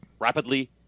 Rapidly